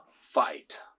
fight